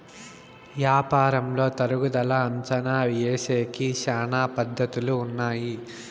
యాపారంలో తరుగుదల అంచనా ఏసేకి శ్యానా పద్ధతులు ఉన్నాయి